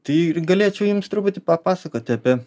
tai ir galėčiau jums truputį papasakot apie